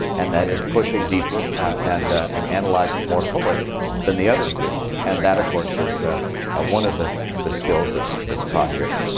and that is pushing deeper and and analyzing more fully than the others do. and that, of course, is one of the the skills that's taught here.